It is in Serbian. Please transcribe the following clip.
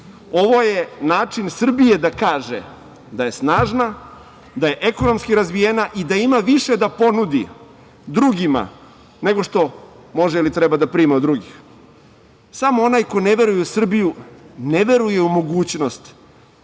Ovo je način Srbije da kaže da je snažna, da je ekonomski razvijena i da ima više da ponudi drugima nego što može ili treba da prima od drugih. Samo onaj ko ne veruje u Srbiju ne veruje u mogućnost